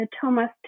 Thomas